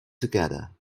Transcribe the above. together